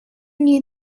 knew